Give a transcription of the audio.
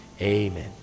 amen